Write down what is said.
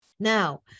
Now